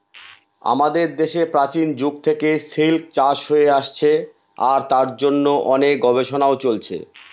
আমাদের দেশে প্রাচীন যুগ থেকে সিল্ক চাষ হয়ে আসছে আর তার জন্য অনেক গবেষণাও চলছে